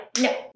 no